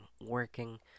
working